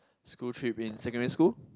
school trip in secondary school